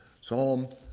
Psalm